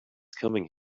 coming